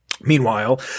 Meanwhile